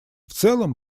целом